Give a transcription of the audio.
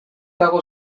dago